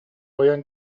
ойон